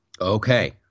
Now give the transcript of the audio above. Okay